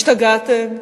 השתגעתם?